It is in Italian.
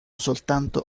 soltanto